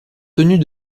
tenus